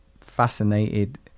fascinated